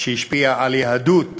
שהשפיע על יהדות העולם,